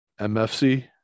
MFC